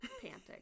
panting